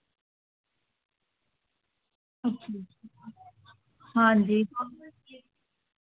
अच्छा आं जी